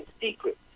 secret